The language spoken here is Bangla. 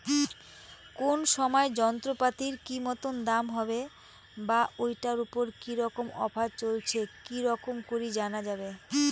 কোন সময় যন্ত্রপাতির কি মতন দাম হবে বা ঐটার উপর কি রকম অফার চলছে কি রকম করি জানা যাবে?